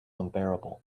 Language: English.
unbearable